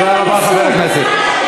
תודה רבה, חבר הכנסת.